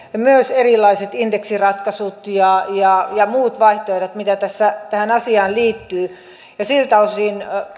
myös erilaiset indeksiratkaisut ja ja muut vaihtoehdot joita tähän asiaan liittyy siltä osin